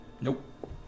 Nope